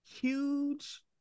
Huge